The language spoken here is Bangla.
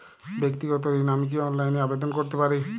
ব্যাক্তিগত ঋণ আমি কি অনলাইন এ আবেদন করতে পারি?